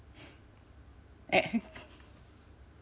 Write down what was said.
eh